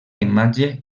imatge